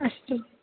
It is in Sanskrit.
अस्तु